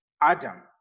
Adam